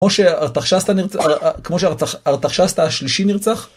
כמו שארתחשסתא נרצח... כמו שארתחשסתא השלישי נרצח?